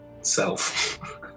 self